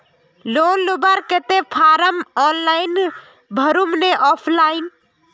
Loan लुबार केते form online भरुम ने ऑफलाइन?